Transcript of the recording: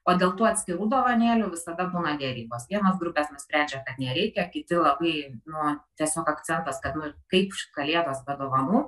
o dėl tų atskirų dovanėlių visada būna derybos vienos grupės nusprendžia kad nereikia kiti labai no tiesiog akcentas kad nu kaip kalėdos be dovanų